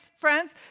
friends